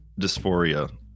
dysphoria